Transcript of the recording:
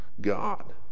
God